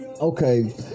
okay